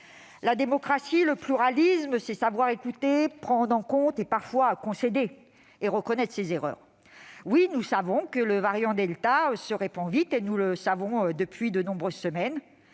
La démocratie, le pluralisme, c'est savoir écouter, prendre en compte et parfois concéder et reconnaître ses erreurs. Oui, nous savons que le variant delta se répand vite, et ce depuis de nombreuses semaines.